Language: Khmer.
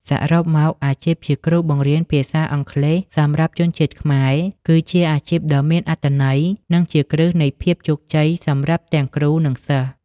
សរុបមក អាជីពជាគ្រូបង្រៀនភាសាអង់គ្លេសសម្រាប់ជនជាតិខ្មែរ គឺជាអាជីពដ៏មានអត្ថន័យ និងជាគ្រឹះនៃភាពជោគជ័យសម្រាប់ទាំងគ្រូ និងសិស្ស។